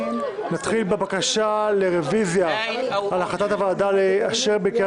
נתחיל בבקשה לרביזיה על החלטת הוועדה לאשר בקריאה